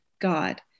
God